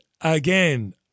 Again